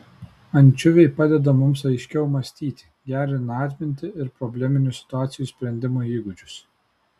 ančiuviai padeda mums aiškiau mąstyti gerina atmintį ir probleminių situacijų sprendimo įgūdžius